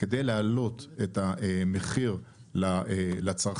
כדי להעלות את המחיר לצרכן,